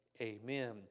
amen